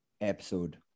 episode